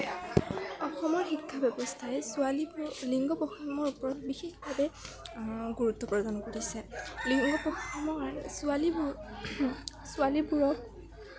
অসমৰ শিক্ষা ব্যৱস্থাই ছোৱালীক লিংগ বৈষম্যৰ ওপৰত বিশেষভাৱে গুৰুত্ব প্ৰদান কৰিছে লিংগ বৈষম্য় আৰু ছোৱালীবোৰ ছোৱালীবোৰক